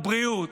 על בריאות,